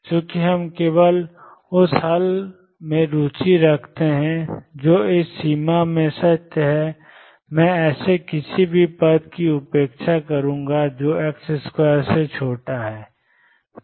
चूँकि हम केवल उस हल में रुचि रखते हैं जो इस सीमा में सत्य है मैं ऐसे किसी भी पद की उपेक्षा करूँगा जो x2 से छोटा है